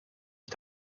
ich